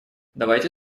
давайте